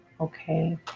okay